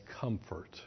comfort